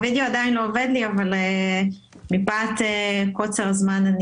אני מתנועת הורים למען האקלים.